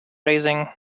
raising